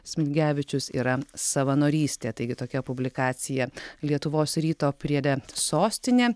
smilgevičius yra savanorystė taigi tokia publikacija lietuvos ryto priede sostinė